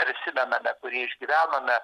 prisimename kurį išgyvenome